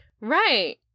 Right